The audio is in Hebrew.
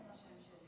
מה יהיה עם השם שלי?